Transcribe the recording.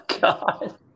God